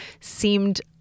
seemed